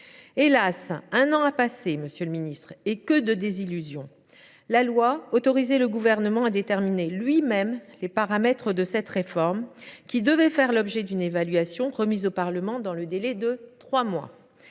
Hélas, un an a passé, monsieur le ministre, et que de désillusions ! La loi autorisait le Gouvernement à déterminer lui même les paramètres de cette réforme, lesquels devaient faire l’objet d’une évaluation remise au Parlement dans un délai de trois mois.